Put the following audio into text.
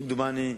כמדומני,